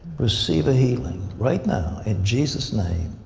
receive the healing. right now. in jesus' name.